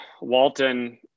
Walton